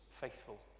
faithful